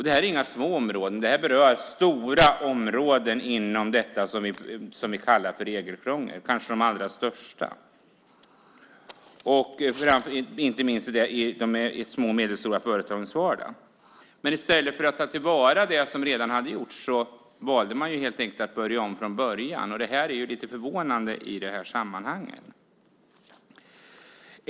Detta är inga små områden; det berör stora områden inom detta som vi kallar regelkrångel. Kanske är det de allra största, inte minst i de små och medelstora företagens vardag. Men i stället för att ta till vara det som redan gjorts valde man att börja om från början. Det är förvånande i detta sammanhang.